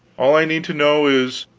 all i need to know is,